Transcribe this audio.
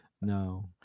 no